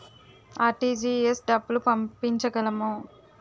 RTGS డబ్బులు పంపించగలము?